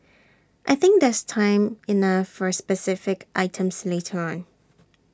I think there's time enough for specific items later on